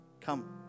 come